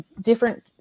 different